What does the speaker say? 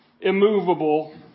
immovable